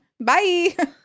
Bye